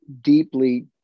deeply